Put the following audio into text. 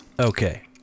Okay